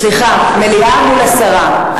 סליחה, מליאה מול הסרה.